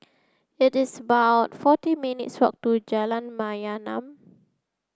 it is about forty minutes' walk to Jalan Mayaanam